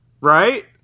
right